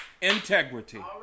integrity